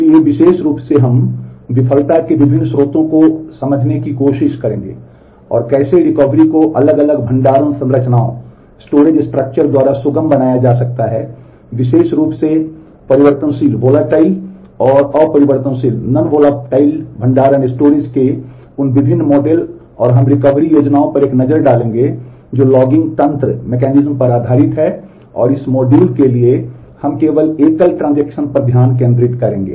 के लिए विशेष रूप से हम विफलता के विभिन्न स्रोतों को समझने की कोशिश करेंगे और कैसे रिकवरी पर ध्यान केंद्रित करेंगे